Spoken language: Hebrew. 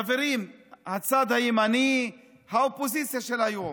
חברים, הצד הימני, האופוזיציה של היום,